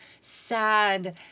sad